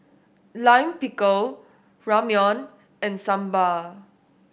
Lime Pickle Ramyeon and Sambar